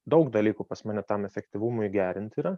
daug dalykų pas mane tam efektyvumui gerint yra